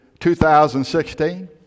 2016